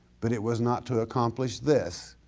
but it was not to accomplish this,